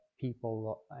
people